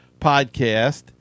podcast